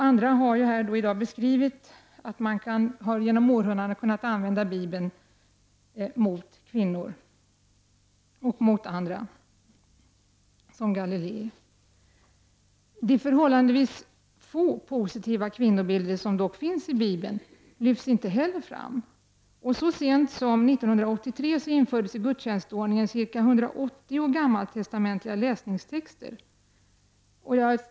Andra har här i dag beskrivit hur Bibeln genom århundradena använts mot kvinnor och mot andra, t.ex. Galilei. De förhållandevis få positiva kvinnobilder som dock finns i Bibeln lyfts inte heller fram. Så sent som 1983 infördes i gudstjänstordningen ca 180 gammaltestamentliga läsningstexter.